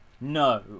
no